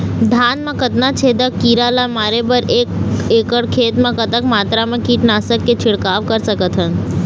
धान मा कतना छेदक कीरा ला मारे बर एक एकड़ खेत मा कतक मात्रा मा कीट नासक के छिड़काव कर सकथन?